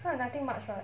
nothing much [what]